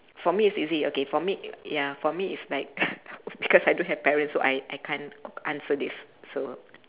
for me it's easy okay for me ya for me it's like because I don't have parents so I I can't answer this so